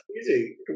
easy